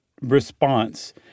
response